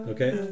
Okay